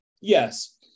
Yes